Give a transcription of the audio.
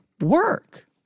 work